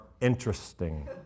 interesting